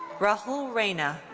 rahul raina.